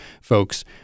folks